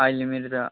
अहिले मेरो त